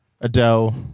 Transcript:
Adele